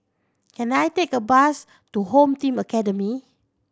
can I take a bus to Home Team Academy